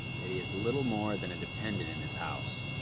that he is little more than a dependent in this house.